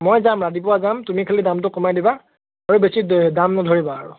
মই যাম ৰাতিপুৱা যাম তুমি খালী দামটো কমাই দিবা আৰু বেছি দ দাম নধৰিবা আৰু